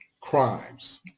crimes